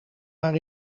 maar